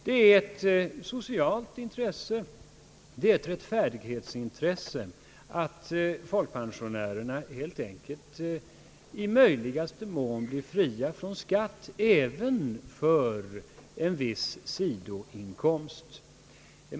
Det är ett socialt intresse, ett rättfärdighetsintresse, att folkpensionärerna helt enkelt i möjligaste mån befrias från skatt, även för en viss sidoinkomst.